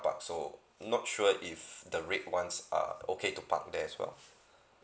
park so I'm not sure if the red ones are okay to park there as well